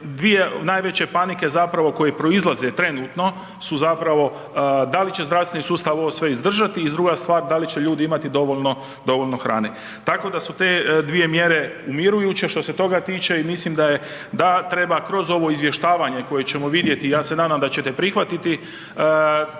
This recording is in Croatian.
dvije najveće panike zapravo koje proizlaze trenutno su zapravo da li će zdravstveni sustav ovo sve izdržati i druga stvar da li će ljudi imati dovoljno, dovoljno hrane. Tako da su te dvije mjere umirujuće što se toga tiče i mislim da je, da treba kroz ovo izvještavanje koje ćemo vidjeti, ja se nadam da ćete prihvatiti,